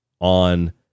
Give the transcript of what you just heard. on